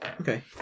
Okay